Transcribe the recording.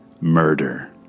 Murder